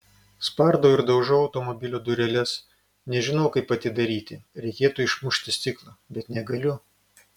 spardau ir daužau automobilio dureles nežinau kaip atidaryti reikėtų išmušti stiklą bet negaliu